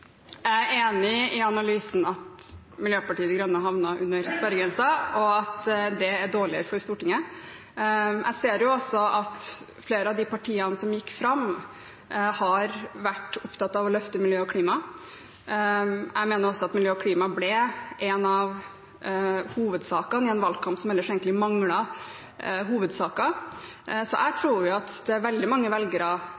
Jeg er enig i analysen – at Miljøpartiet De Grønne havnet under sperregrensen er dårlig for Stortinget. Jeg ser også at flere av de partiene som gikk fram, har vært opptatt av å løfte miljø og klima. Jeg mener også at miljø og klima ble en av hovedsakene i en valgkamp som ellers egentlig manglet hovedsaker. Jeg